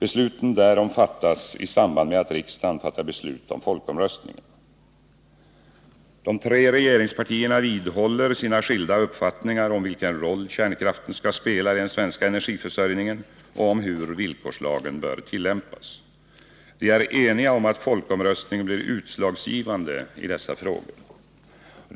Besluten därom fattas i samband med att riksdagen fattar beslut om folkomröstningen. De tre regeringspartierna vidhåller sina skilda uppfattningar om vilken roll kärnkraften skall spela i den svenska energiförsörjningen och om hur villkorslagen bör tillämpas. De är eniga om att folkomröstningen blir utslagsgivande i dessa frågor.